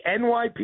NYPD